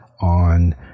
on